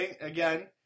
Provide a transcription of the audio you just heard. Again